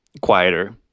quieter